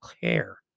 care